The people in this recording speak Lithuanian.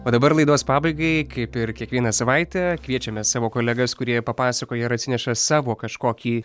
o dabar laidos pabaigai kaip ir kiekvieną savaitę kviečiame savo kolegas kurie papasakoja ir atsineša savo kažkokį